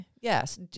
yes